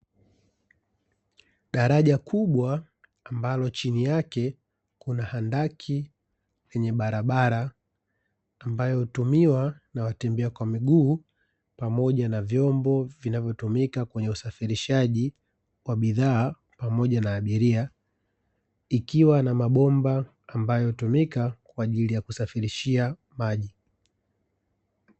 Daraja kubwa ambalo chini yake kuna handaki lenye barabara, ambayo hutumiwa na watembea kwa miguu pamoja na vyombo vinavyotumika kwenye usafirishaji wa bidhaa pamoja na abiria ikiwa na mabomba ambayo hutumika kwa ajili ya kusafirishia maji.